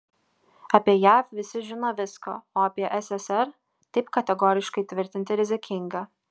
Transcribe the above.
apie jav visi žino viską o apie sssr taip kategoriškai tvirtinti rizikinga